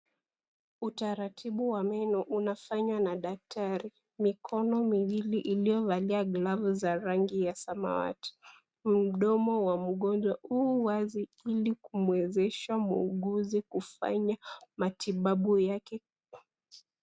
Utaratibu wa meno unafanywa na daktari. Mikono miwili iliyovalia glavu za rangi ya samawati, mdomo wa mgonjwa huu wazi ili kumuwezesha muuguzi kufanya matibabu yake.